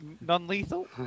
non-lethal